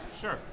Sure